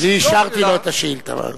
אני אישרתי את השאילתא.